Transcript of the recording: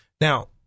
Now